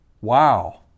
Wow